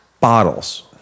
bottles